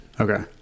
Okay